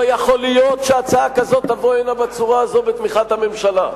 לא יכול להיות שהצעה כזאת תבוא הנה בצורה הזאת בתמיכת הממשלה.